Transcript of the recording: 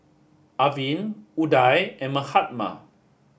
Arvind Udai and Mahatma